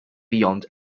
beyond